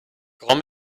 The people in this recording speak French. grand